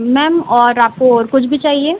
ma'am और आपको और कुछ भी चाहिए